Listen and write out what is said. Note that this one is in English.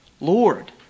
Lord